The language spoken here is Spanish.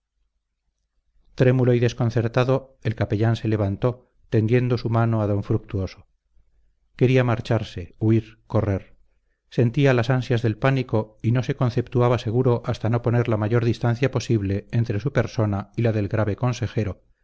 trémulo y desconcertado el capellán se levantó tendiendo su mano a d fructuoso quería marcharse huir correr sentía las ansias del pánico y no se conceptuaba seguro hasta no poner la mayor distancia posible entre su persona y la del grave consejero